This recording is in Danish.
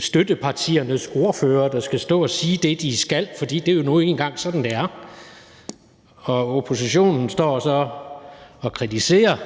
støttepartiernes ordførere, der skal stå og sige det, de skal, for det er nu engang sådan, det er, og oppositionen står så og kritiserer